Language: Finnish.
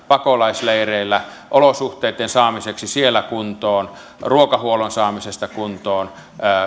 pakolaisleireillä olosuhteitten saamiseksi siellä kuntoon ruokahuollon saamiseksi kuntoon